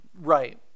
right